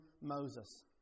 Moses